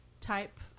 type